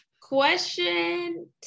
question